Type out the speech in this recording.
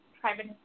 private